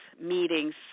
meetings